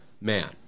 man